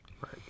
Right